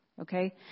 Okay